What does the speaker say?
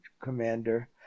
commander